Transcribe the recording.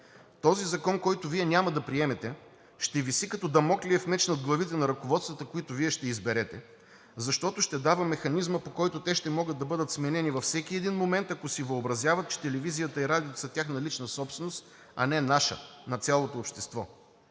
Този закон, който Вие няма да приемете, ще виси като дамоклев меч над главите на ръководствата, които Вие ще изберете, защото ще дава механизма, по който те ще могат да бъдат сменени във всеки един момент, ако си въобразяват, че телевизията и радиото са тяхна лична собственост, а не наша, на цялото общество.